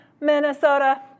Minnesota